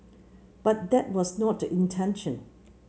but that was not the intention